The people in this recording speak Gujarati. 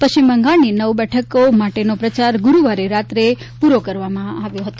પશ્ચિમ બંગાળની નવ બેઠકો માટેનો પ્રચાર ગુરુવારે રાત્રે પૂરો કરવામાં આવ્યો હતો